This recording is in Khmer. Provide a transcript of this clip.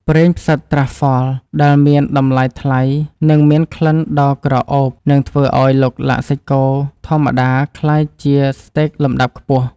ប្រេងផ្សិតត្រាហ្វហ្វល (Truffle) ដែលមានតម្លៃថ្លៃនិងមានក្លិនដីដ៏ក្រអូបនឹងធ្វើឱ្យឡុកឡាក់សាច់គោធម្មតាក្លាយជាស្តេកលំដាប់ខ្ពស់។